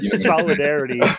solidarity